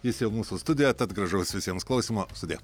jis jau mūsų studijoj tad gražaus visiems klausymo sudie